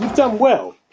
done well.